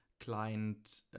Client